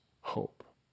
hope